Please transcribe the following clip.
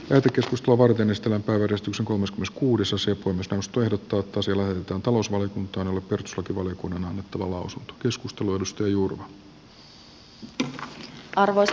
tätä keskustelua varten ystävä tarkastusaikomus kuudesosan kunnostus tuli totuutta sillä että talousvaliokunta katsoo tivoli kun on annettu kuvaus arvoisa puhemies